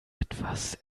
etwas